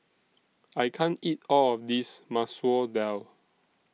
I can't eat All of This Masoor Dal